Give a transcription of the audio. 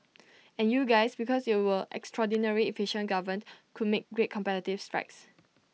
and you guys because you were extraordinarily efficient governed could make great competitive strides